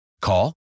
Call